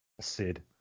Sid